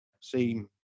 seem